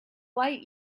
light